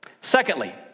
Secondly